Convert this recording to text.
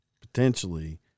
potentially